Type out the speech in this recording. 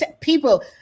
people